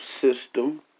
system